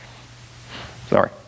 Sorry